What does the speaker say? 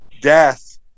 death